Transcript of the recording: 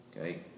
Okay